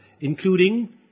including